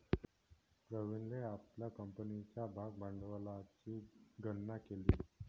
प्रवीणने आपल्या कंपनीच्या भागभांडवलाची गणना केली